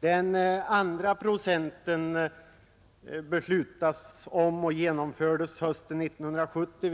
Den andra procenten i avgift beslöts och genomfördes hösten 1970.